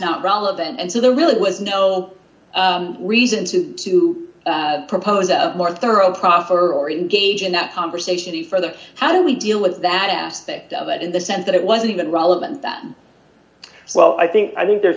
not relevant and so there really was no reason to to propose a more thorough proffer or engage in that conversation before the how do we deal with that aspect of it in the sense that it wasn't even relevant that well i think i think there's